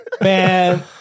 man